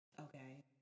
Okay